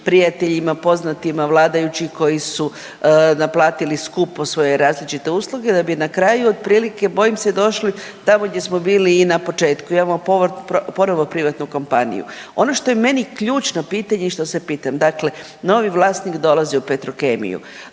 prijateljima, poznatima vladajućih koji su naplatili skupo svoje različite usluge da bi na kraju otprilike bojim se došli tamo gdje smo bili i na početku. Imamo ponovno privatnu kompaniju. Ono što je meni ključno pitanje i što se pitam. Dakle, novi vlasnik dolazi u Petrokemiju,